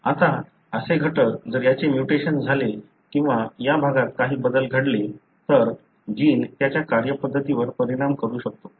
आता असे घटक जर याचे म्युटेशन झाले किंवा या भागात काही बदल घडले तर जिन त्याच्या कार्यपद्धतीवर परिणाम करू शकतो